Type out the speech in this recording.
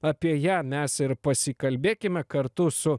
apie ją mes ir pasikalbėkime kartu su